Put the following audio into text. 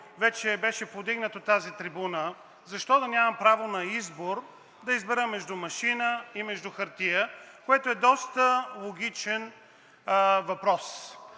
вече беше повдигнат от тази трибуна: защо да нямам право да избера между машина и хартия, което е доста логичен въпрос.